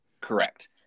Correct